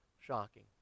shocking